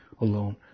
alone